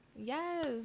Yes